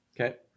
okay